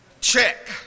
Check